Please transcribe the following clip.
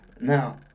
now